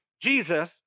Jesus